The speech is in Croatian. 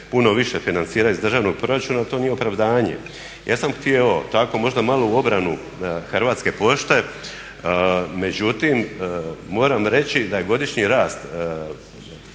puno više financiraju iz državnog proračuna ali to nije opravdanje. Ja sam htio, tako možda malo u obranu Hrvatske pošte, međutim, moram reći da je godišnji rast